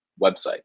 website